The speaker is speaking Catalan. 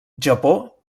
japó